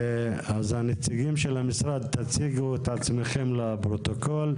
אז הנציגים של המשרד תציגו את עצמכם לפרוטוקול,